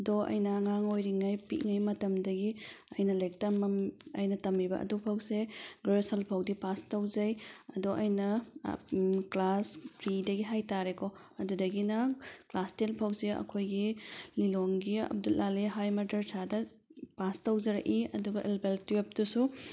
ꯑꯗꯣ ꯑꯩꯅ ꯑꯉꯥꯡ ꯑꯣꯏꯔꯤꯉꯩ ꯄꯤꯛꯏꯉꯩ ꯃꯇꯝꯗꯒꯤ ꯑꯩꯅ ꯂꯥꯏꯔꯤꯛ ꯑꯩꯅ ꯇꯝꯃꯤꯕ ꯑꯗꯨ ꯐꯥꯎꯁꯦ ꯒ꯭ꯔꯦꯖꯨꯑꯦꯁꯟ ꯐꯥꯎꯗꯤ ꯄꯥꯁ ꯇꯧꯖꯩ ꯑꯗꯣ ꯑꯩꯅ ꯀ꯭ꯂꯥꯁ ꯄ꯭ꯔꯤꯗꯒꯤ ꯍꯥꯏꯇꯥꯔꯦꯀꯣ ꯑꯗꯨꯗꯒꯤꯅ ꯀ꯭ꯂꯥꯁ ꯇꯦꯟ ꯐꯥꯎꯁꯦ ꯑꯩꯈꯣꯏꯒꯤ ꯂꯤꯂꯣꯡꯒꯤ ꯑꯕꯗꯨꯜ ꯑꯥꯂꯦ ꯍꯥꯏ ꯃꯥꯗ꯭ꯔꯁꯥꯗ ꯄꯥꯁ ꯇꯧꯖꯔꯛꯏ ꯑꯗꯨꯒ ꯑꯦꯂꯕꯦꯟ ꯇꯨꯋꯦꯜꯄꯇꯁꯨ